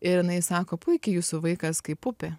ir jinai sako puikiai jūsų vaikas kaip upė